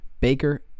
Baker